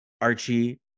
Archie